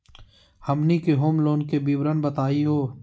हमनी के home loan के विवरण बताही हो?